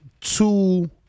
two